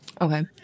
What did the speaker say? Okay